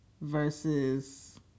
versus